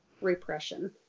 Repression